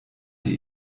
sie